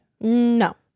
no